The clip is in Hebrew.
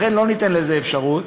לכן, לא ניתן לזה אפשרות,